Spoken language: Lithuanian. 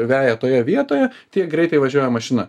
veja toje vietoje tiek greitai važiuoja mašina